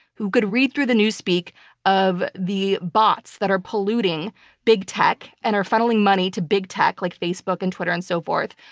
who could read through the newspeak of the bots that are polluting big tech and are funneling money to big tech, like facebook and twitter and so forth.